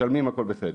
משלמים, הכל בסדר.